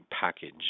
package